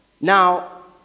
Now